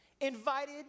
Invited